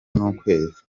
n’ukwezi